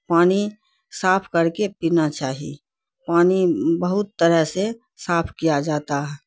پانی صاف کر کے پینا چاہی پانی بہت طرح سے صاف کیا جاتا ہے